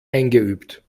eingeübt